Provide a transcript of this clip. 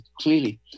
clearly